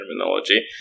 terminology